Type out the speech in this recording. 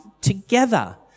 together